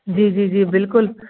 जी जी जी बिल्कुल